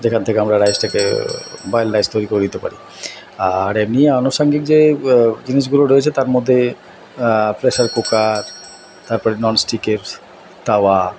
যেখান থেকে আমরা রাইসটাকে বয়েলড রাইস তৈরি করে নিতে পারি আর এমনি আনুসাঙ্গিক যে জিনিসগুলো রয়েছে তার মধ্যে প্রেসার কুকার তারপর ননস্টিকের তাওয়া